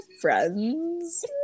friends